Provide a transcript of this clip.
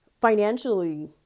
financially